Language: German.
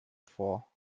vor